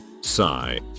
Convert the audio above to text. sigh